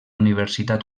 universitat